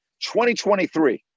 2023